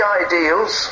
ideals